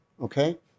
Okay